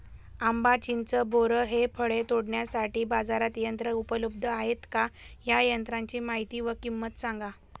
आंबा, चिंच, बोर हि फळे तोडण्यासाठी बाजारात यंत्र उपलब्ध आहेत का? या यंत्रांची माहिती व किंमत सांगा?